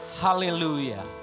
Hallelujah